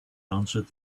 answered